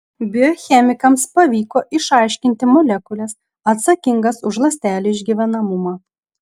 biochemikams pavyko išaiškinti molekules atsakingas už ląstelių išgyvenamumą